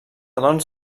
doncs